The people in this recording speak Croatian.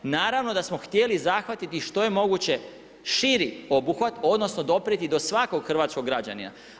Naravno da smo htjeli zahvatiti što je moguće širi obuhvat, odnosno, doprijeti do svakog hrvatskog građanina.